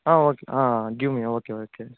okay give me okay okay